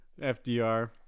FDR